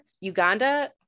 Uganda